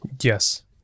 Yes